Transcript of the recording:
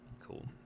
cool